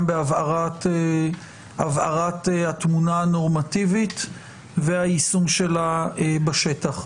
בהבהרת התמונה הנורמטיבית והיישום שלה בשטח.